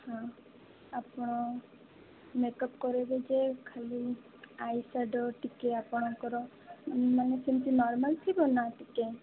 ହଁ ଆପଣ ମେକଅପ କରେଇବେ ଯେ ଖାଲି ଆଇ ସ୍ୟାଡୋ ଟିକିଏ ଆପଣଙ୍କର ମାନେ ସେମିତି ନର୍ମାଲ ଥିବ ନା ଟିକେ